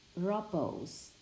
rubbles